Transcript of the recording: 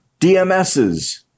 DMSs